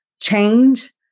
change